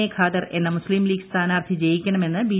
A Khader എന്ന മുസ്തിം ലീഗ് സ്ഥാനാർത്ഥി ജയിക്കണമെന്ന് ബി